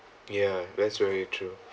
ya that's very true